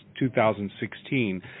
2016